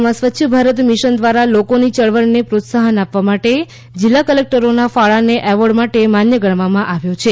જિલ્લામાં સ્વચ્છ ભારત મિશન દ્વારા લોકોની ચળવળને પ્રોત્સાહન આપવા માટે જિલ્લા કલેક્ટરોના ફાળાને એવોર્ડ માટે માન્ય ગણવામાં આવ્યો છે